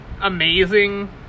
amazing